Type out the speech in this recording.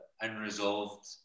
unresolved